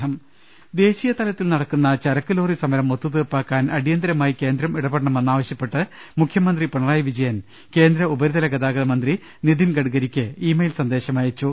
രു ൽ ശ്ര ൽ ശ്വ ൽ ശ്ര അ ദേശീയ തലത്തിൽ നടക്കുന്ന ചരക്ക് ലോറി സമരം ഒത്തുതീർപ്പാ ക്കാൻ അടിയന്തരമായി കേന്ദ്രം ഇടപെടണമെന്ന് ആവശ്യപ്പെട്ട് മുഖ്യമന്ത്രി പിണറായി വിജയൻ കേന്ദ്ര ഉപരിതല ഗതാഗതമന്ത്രി നിതിൻ ഗഡ്ഗരിക്ക് ഈ മെയിൽ സന്ദേശമയച്ചു